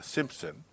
Simpson